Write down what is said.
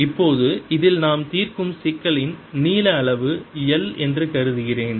இப்போது இதில் நாம் தீர்க்கும் சிக்கலின் நீள அளவு l என்று கருதுகிறேன்